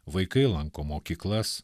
vaikai lanko mokyklas